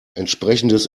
entsprechendes